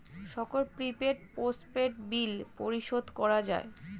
সকল prepaid, postpaid bill পরিশোধ করা যায়